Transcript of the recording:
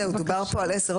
דובר פה על עשר.